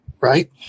Right